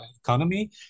economy